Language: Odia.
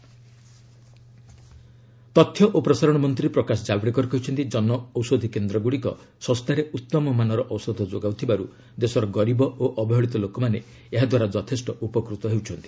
ଜାବଡେକର ଜନଔଷଧୀ ତଥ୍ୟ ଓ ପ୍ରସାରଣ ମନ୍ତ୍ରୀ ପ୍ରକାଶ ଜାବଡେକର କହିଛନ୍ତି ଜନଔଷଧୀ କେନ୍ଦ୍ରଗୁଡ଼ିକ ଶସ୍ତାରେ ଉତ୍ତମାନର ଔଷଧ ଯୋଗାଉଥିବାର୍ ଦେଶର ଗରିବ ଓ ଅବହେଳିତ ଲୋକମାନେ ଏହାଦ୍ୱାରା ଯଥେଷ୍ଟ ଉପକୃତ ହେଉଛନ୍ତି